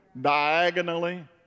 Diagonally